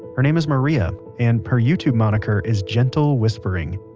her name is maria, and her youtube moniker is gentle whispering.